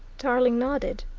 tarling nodded.